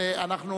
אין הודעות.